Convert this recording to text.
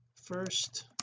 first